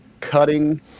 cutting